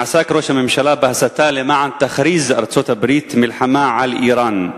עסק ראש הממשלה בהסתה למען תכריז ארצות-הברית מלחמה על אירן.